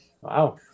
wow